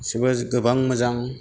बिसोरबो गोबां मोजां